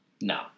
no